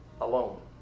alone